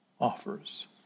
offers